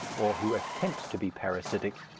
or who attempt to be parasitic,